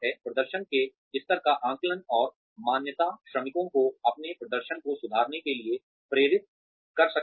प्रदर्शन के स्तर का आकलन और मान्यता श्रमिकों को अपने प्रदर्शन को सुधारने के लिए प्रेरित कर सकती है